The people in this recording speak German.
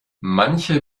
manche